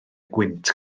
gwynt